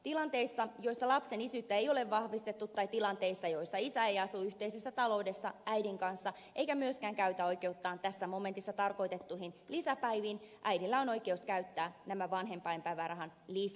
tilanteissa joissa lapsen isyyttä ei ole vahvistettu tai tilanteissa joissa isä ei asu yhteisessä taloudessa äidin kanssa eikä myöskään käytä oikeuttaan tässä momentissa tarkoitettuihin lisäpäiviin äidillä on oikeus käyttää nämä vanhempainpäivärahan lisäpäivät